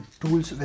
tools